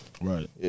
Right